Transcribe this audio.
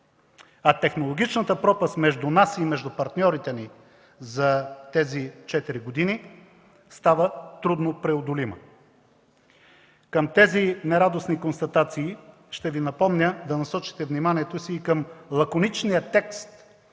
а технологичната пропаст между нас и между партньорите ни за тези 4 години става трудно преодолима. Към тези нерадостни констатации ще Ви напомня да насочите вниманието си и към лаконичния текст